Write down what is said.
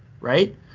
right